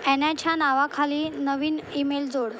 एन्याच्या नावाखाली नवीन ईमेल जोड